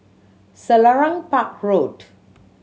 Selarang Park Road